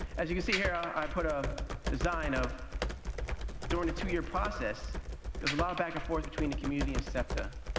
as you can see here, i put a design of during the two-year process there was a lot of back and forth between the community and septa.